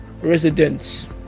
residents